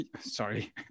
Sorry